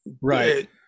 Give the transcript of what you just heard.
right